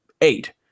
eight